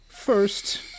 First